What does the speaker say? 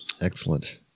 Excellent